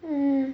mm